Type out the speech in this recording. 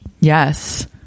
Yes